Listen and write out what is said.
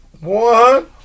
one